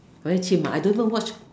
very chim lah I don't know what's